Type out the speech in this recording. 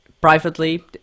privately